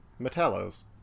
Metallos